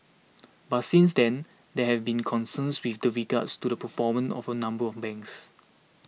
but since then there have been concerns with the regards to the performance of a number of banks